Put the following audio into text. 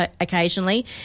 occasionally